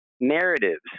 narratives